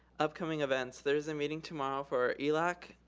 upcoming events, there is a meeting tomorrow for elac,